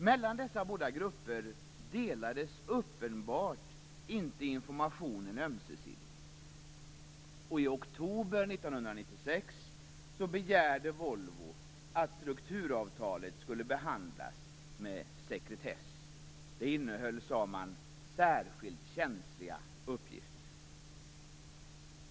Mellan dessa båda grupper delades uppenbarligen inte informationen ömsesidigt. I oktober 1996 begärde Volvo att strukturavtalet skulle behandlas med sekretess. Man sade att det innehöll särskilt känsliga uppgifter.